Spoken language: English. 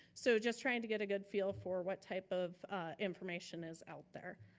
so just trying to get a good feel for what type of information is out there.